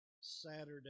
Saturday